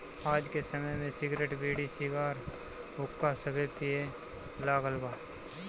आज के समय में सिगरेट, बीड़ी, सिगार, हुक्का सभे पिए लागल बा